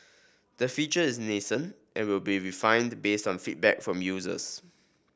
the feature is nascent and will be refined based on feedback from users